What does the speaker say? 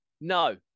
no